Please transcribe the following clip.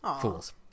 Fools